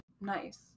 nice